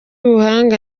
ubumuga